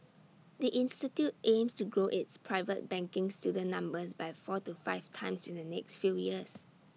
the institute aims to grow its private banking student numbers by four to five times in the next few years